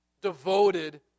devoted